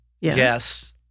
Yes